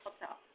hotel